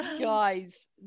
Guys